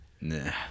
Nah